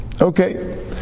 okay